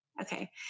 okay